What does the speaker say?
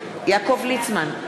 ליצמן,